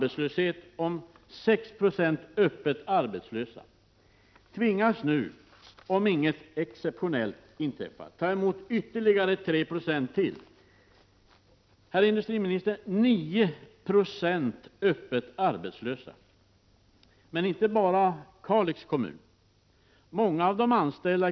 I Erik Holmkvists värld finns inget privatkapital i landet.